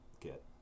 get